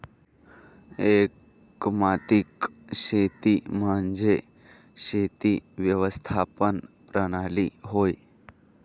एकात्मिक शेती म्हणजे शेती व्यवस्थापन प्रणाली होय